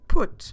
Put